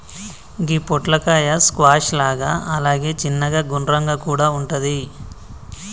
గి పొట్లకాయ స్క్వాష్ లాగా అలాగే చిన్నగ గుండ్రంగా కూడా వుంటది